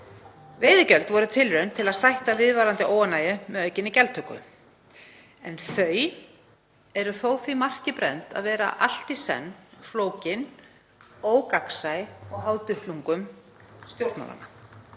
Veiðigjöld voru tilraun til að sætta viðvarandi óánægju með aukinni gjaldtöku en þau eru þó því marki brennd að vera allt í senn flókin, ógagnsæ og háð duttlungum stjórnmálanna.